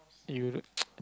you look